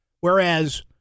Whereas